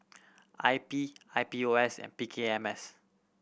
I P I P O S and P K M S